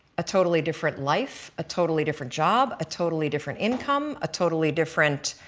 a totally different life, a totally different job, a totally different income, a totally different